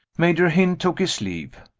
major hynd took his leave.